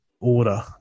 order